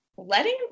Letting